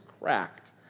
cracked